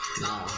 No